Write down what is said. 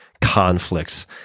conflicts